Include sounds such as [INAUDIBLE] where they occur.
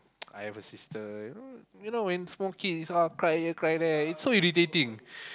[NOISE] I have a sister you know you know when small kids all cry here cry there it's so irritating